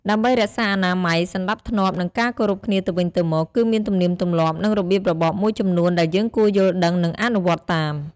ដើម្បីរក្សាអនាម័យ សណ្តាប់ធ្នាប់ និងការគោរពគ្នាទៅវិញទៅមក គឺមានទំនៀមទម្លាប់ និងរបៀបរបបមួយចំនួនដែលយើងគួរយល់ដឹង និងអនុវត្តតាម។